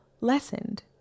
lessened